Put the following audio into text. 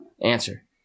Answer